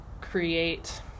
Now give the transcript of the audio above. create